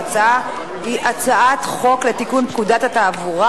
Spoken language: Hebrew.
וההצעה היא הצעת חוק לתיקון פקודת התעבורה